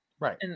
Right